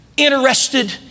interested